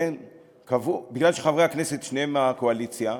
מכיוון שחברי הכנסת, שניהם מהקואליציה,